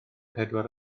pedwar